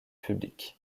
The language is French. publics